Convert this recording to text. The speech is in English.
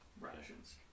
rations